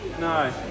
No